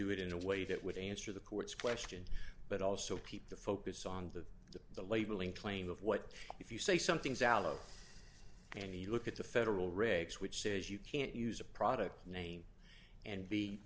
do it in a way that would answer the court's question but also keep the focus on the to the labeling claim of what if you say something's out of and you look at the federal regs which says you can't use a product name and be